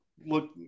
look